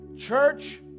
Church